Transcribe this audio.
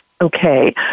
Okay